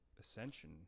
ascension